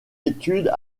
études